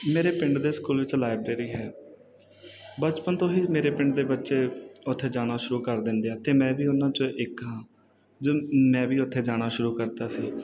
ਮੇਰੇ ਪਿੰਡ ਦੇ ਸਕੂਲ ਵਿੱਚ ਲਾਈਬ੍ਰੇਰੀ ਹੈ ਬਚਪਨ ਤੋਂ ਹੀ ਮੇਰੇ ਪਿੰਡ ਦੇ ਬੱਚੇ ਉੱਥੇ ਜਾਣਾ ਸ਼ੁਰੂ ਕਰ ਦਿੰਦੇ ਆ ਅਤੇ ਮੈਂ ਵੀ ਉਹਨਾਂ ਚੋਂ ਇੱਕ ਹਾਂ ਜਨ ਮੈਂ ਵੀ ਉੱਥੇ ਜਾਣਾ ਸ਼ੁਰੂ ਕਰਤਾ ਸੀ